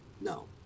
no